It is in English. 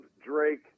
Drake